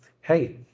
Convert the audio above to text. hey